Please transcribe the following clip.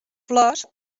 flors